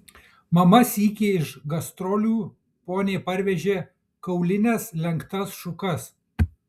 mama sykį iš gastrolių poniai parvežė kaulines lenktas šukas